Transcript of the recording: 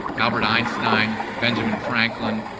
albert einstein, benjamin franklin,